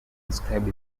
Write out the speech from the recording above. described